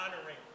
honoring